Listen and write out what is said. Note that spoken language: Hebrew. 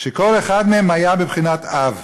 שכל אחד מהם היה בבחינת אב.